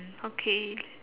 mm okay